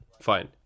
Fine